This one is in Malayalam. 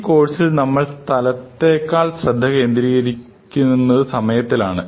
ഈ കോഴ്സിൽ നമ്മൾ സ്ഥലത്തേക്കാൾ ശ്രദ്ധ കേന്ദ്രീകരിക്കുമെന്ന് സമയത്തിൽ ആണ്